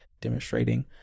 demonstrating